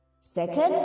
Second